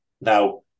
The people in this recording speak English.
now